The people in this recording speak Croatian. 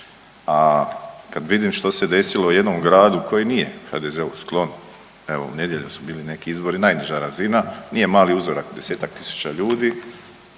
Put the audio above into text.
A kad vidim što se desilo u jednom gradu koji nije HDZ-u sklon, evo u nedjelju su bili neki izbori, najniža razina, nije mali uzorak, desetak tisuća ljudi.